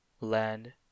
Land